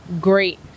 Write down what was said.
great